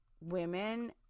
women